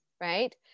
right